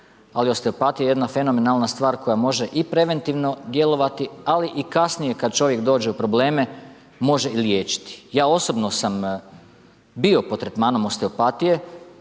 ali osteopatija je jedna fenomenalne stvar koja može i preventivno djelovati, ali i kasnije kada čovjek dođe u probleme, može i liječiti. Ja osobno sam bio pod tretmanom osteopatije,